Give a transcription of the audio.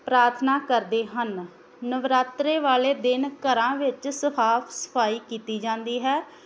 ਪ੍ਰਾਰਥਨਾ ਕਰਦੇ ਹਨ ਨਵਰਾਤਰੇ ਵਾਲੇ ਦਿਨ ਘਰਾਂ ਵਿੱਚ ਸਾਫ ਸਫਾਈ ਕੀਤੀ ਜਾਂਦੀ ਹੈ